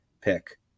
pick